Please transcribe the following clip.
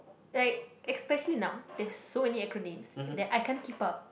like especially now there's so many acronyms that I can't keep up